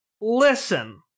listen